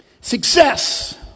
Success